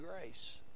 grace